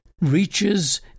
reaches